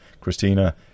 Christina